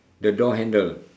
the door handle